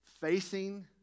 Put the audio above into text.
facing